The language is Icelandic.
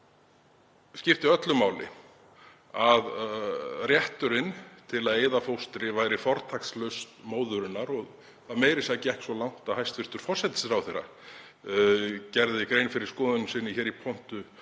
Þar skipti öllu máli að rétturinn til að eyða fóstri væri fortakslaust móðurinnar og meira að segja gekk svo langt að hæstv. forsætisráðherra gerði grein fyrir skoðun sinni hér í pontu